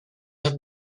have